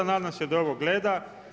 Nadam se da ovo gleda.